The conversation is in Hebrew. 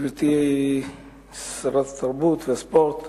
גברתי שרת התרבות והספורט,